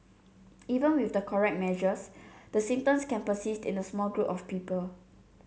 even with the correct measures the symptoms can persist in a small group of people